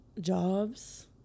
Jobs